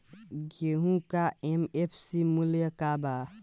गेहू का एम.एफ.सी मूल्य का बा?